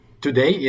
today